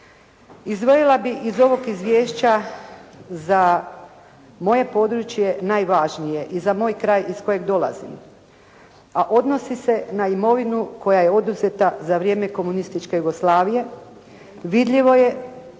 Izdvojila bih iz ovog izvješća za moje područje najvažnije i za moj kraj iz kojeg dolazim, a odnosi se na imovinu koja je oduzeta za vrijeme komunističke Jugoslavije. Vidljivo je